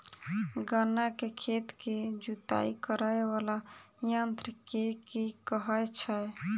गन्ना केँ खेत केँ जुताई करै वला यंत्र केँ की कहय छै?